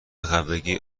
خفگی